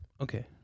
okay